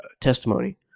testimony